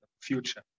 future